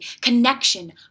connection